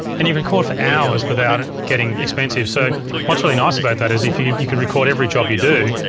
and you can record for hours without it getting expensive. so what's really nice about that is if you you can record every job you do,